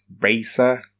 racer